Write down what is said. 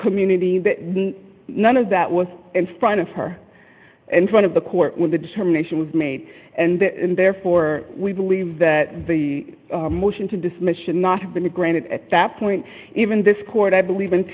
community none of that was in front of her in front of the court when the determination was made and therefore we believe that the motion to dismiss should not have been granted at that point even this court i believe in